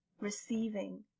receiving